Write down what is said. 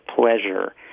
pleasure